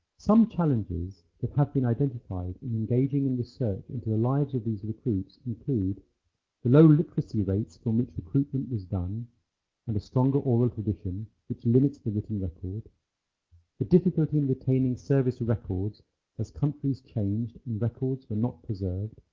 some challenges that have been identified in engaging in research into the lives of these recruits the low literacy rates from which recruitment was done and a stronger oral tradition which limits the written record the difficulty in retaining service records as countries changed and records were not preserved,